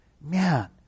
man